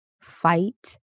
fight